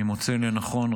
אני מוצא לנכון,